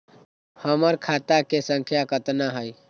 हमर खाता के सांख्या कतना हई?